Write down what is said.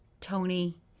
tony